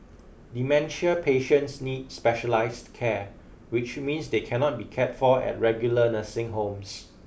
dementia patients need specialised care which means they can not be cared for at regular nursing homes